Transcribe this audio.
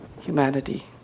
humanity